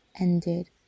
ended